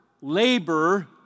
labor